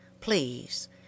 please